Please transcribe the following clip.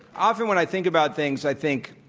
often when i think about things, i think,